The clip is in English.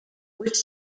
which